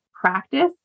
practice